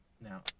now